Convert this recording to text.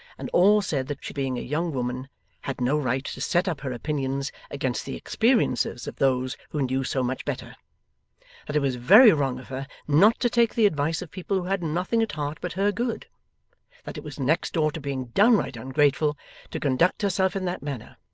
and all said that she being a young woman had no right to set up her opinions against the experiences of those who knew so much better that it was very wrong of her not to take the advice of people who had nothing at heart but her good that it was next door to being downright ungrateful to conduct herself in that manner